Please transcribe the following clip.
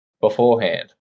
beforehand